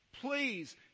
Please